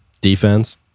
Defense